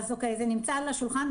זה נמצא על השולחן,